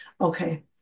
Okay